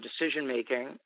decision-making